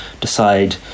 decide